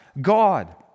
God